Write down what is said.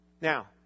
Now